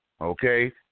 okay